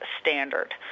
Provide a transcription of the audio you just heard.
standard